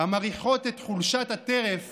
המריחות את חולשת הטרף